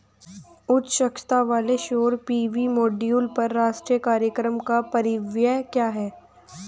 उच्च दक्षता वाले सौर पी.वी मॉड्यूल पर राष्ट्रीय कार्यक्रम का परिव्यय क्या है?